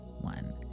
one